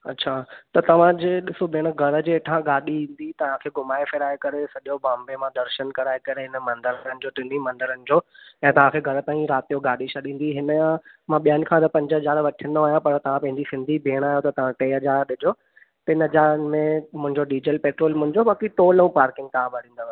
अच्छा त तव्हांजे ॾिसो भेण घर जे हेठां गाॾी ईंदी तव्हां खे घुमाए फिराए करे सॼो बॉम्बे मां दर्शन कराए करे इन मंदरनि जो टिनिनि मंदरनि जो ऐं तव्हां खे घर ताईं राति जो गाॾी छॾींदी इन जा मां ॿियनि खां त पंज हज़ार वठंदो आहियां पर तव्हां पंहिंजी सिंधी भेण आहियो त टे हज़ार ॾिजो टिनि हज़ारनि में मुंहिंजो डीजल पेट्रोल मुंहिंजो बाक़ी टोल ऐं पार्किंग तव्हां भरींदव